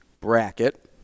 bracket